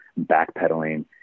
backpedaling